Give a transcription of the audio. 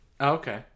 Okay